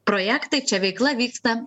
projektai čia veikla vyksta